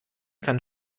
kann